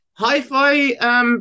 Hi-Fi